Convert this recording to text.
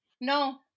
No